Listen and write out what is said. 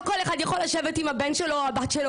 לא כל אחד יכול לשבת עם הבן שלו או הבת שלו